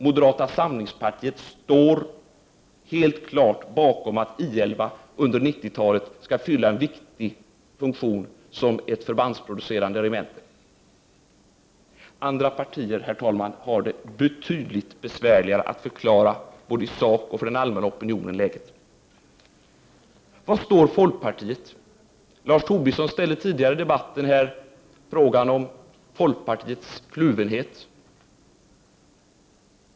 Moderata samlingspartiet står helt klart bakom kravet att I 11 under 90 talet skall fylla en viktig funktion som ett förbandsproducerande regemente. Andra partier, herr talman, har det betydligt besvärligare med att förklara läget både i sak och för den allmänna opinionen. Var står folkpartiet i denna fråga? Lars Tobisson ställde tidigare i debatten frågan om folkpartiets kluvenhet.